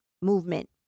movement